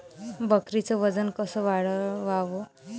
बकरीचं वजन कस वाढवाव?